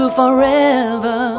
forever